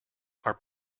are